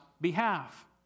behalf